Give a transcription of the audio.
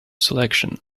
selection